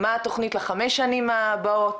מה התוכנית לחמש השנים הבאות?